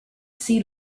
see